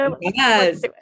Yes